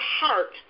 heart